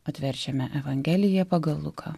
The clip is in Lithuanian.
atverčiame evangeliją pagal luką